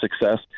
success